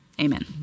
Amen